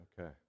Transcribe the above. Okay